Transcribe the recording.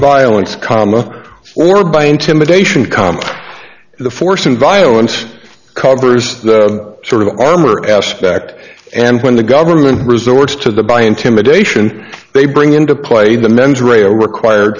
violence comma or by intimidation comma the force and violence covers sort of armor aspect and when the government resorts to the by intimidation they bring into play the mens rea a required